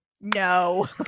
no